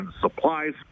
supplies